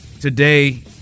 today